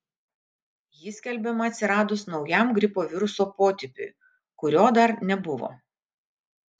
ji skelbiama atsiradus naujam gripo viruso potipiui kurio dar nebuvo